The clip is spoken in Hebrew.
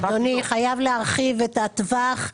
אדוני, חייב להרחיב את הטווח.